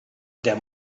der